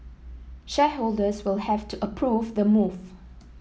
shareholders will have to approve the move